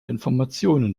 informationen